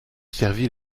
servit